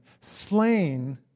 slain